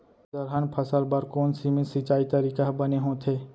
दलहन फसल बर कोन सीमित सिंचाई तरीका ह बने होथे?